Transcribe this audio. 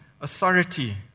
authority